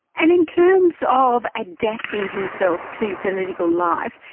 and in terms of adapting himself to political life,